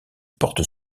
portent